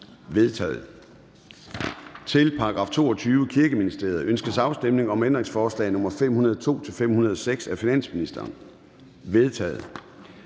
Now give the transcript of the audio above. er vedtaget. Til § 22. Kirkeministeriet. Ønskes afstemning om ændringsforslag nr. 502-506 af finansministeren? De er